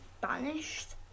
banished